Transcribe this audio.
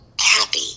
happy